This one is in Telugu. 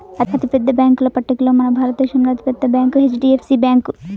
అతిపెద్ద బ్యేంకుల పట్టికలో మన భారతదేశంలో అతి పెద్ద బ్యాంక్ హెచ్.డీ.ఎఫ్.సీ బ్యాంకు